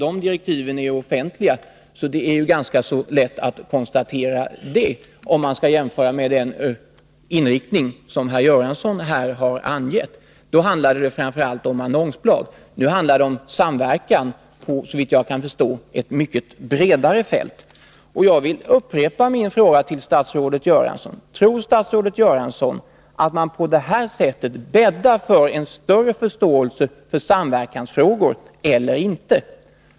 De direktiven är ju offentliga, så det är ganska lätt att konstatera det, om man skall jämföra med den inriktning som herr Göransson här har angett. Då handlade det framför allt om annonsblad — nu handlar det om samverkan på, såvitt jag kan förstå, ett mycket bredare fält. Jag vill upprepa min fråga till statsrådet Göransson: Tror statsrådet Göransson att man på detta sätt bäddar för en större förståelse för samverkansfrågor eller inte?